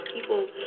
people